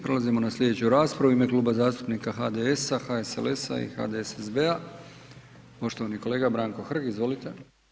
Prelazimo na sljedeću raspravu. u ime Kluba zastupnika HDS-a, HSLS-a i HDSSB-a poštovani kolega Branko Hrg, izvolite.